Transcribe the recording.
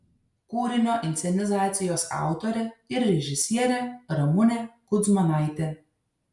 kūrinio inscenizacijos autorė ir režisierė ramunė kudzmanaitė